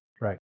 Right